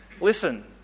listen